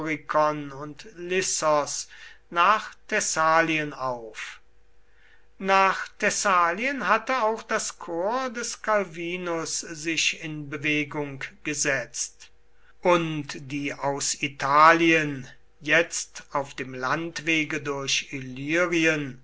und lissos nach thessalien auf nach thessalien hatte auch das korps des calvinus sich in bewegung gesetzt und die aus italien jetzt auf dem landwege durch